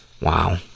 Wow